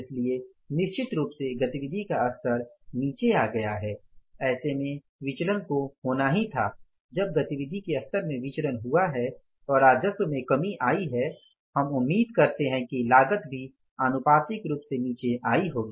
इसलिए निश्चित रूप से गतिविधि का स्तर नीचे आ गया है ऐसे में विचलन को होना ही था जब गतिविधि के स्तर में विचलन हुआ है और राजस्व में कमी आई है हम उम्मीद करते हैं कि लागत भी आनुपातिक रूप से नीचे आयी होगी